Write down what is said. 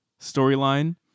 storyline